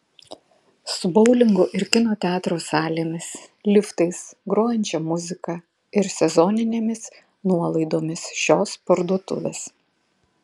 su boulingo ir kino teatro salėmis liftais grojančia muzika ir sezoninėmis nuolaidomis šios parduotuvės